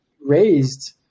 raised